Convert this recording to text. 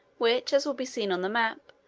which, as will be seen on the map,